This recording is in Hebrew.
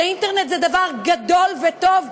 שאינטרנט זה דבר גדול וטוב,